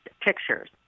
pictures